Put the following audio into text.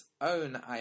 own